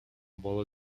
bola